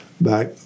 back